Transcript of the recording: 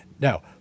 Now